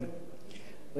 על המלאכה,